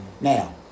Now